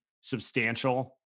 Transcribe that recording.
substantial